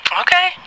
Okay